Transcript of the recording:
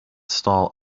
stall